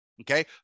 Okay